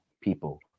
people